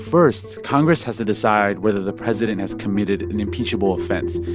first, congress has to decide whether the president has committed an impeachable offense.